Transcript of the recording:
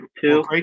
two